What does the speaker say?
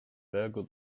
burgle